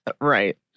Right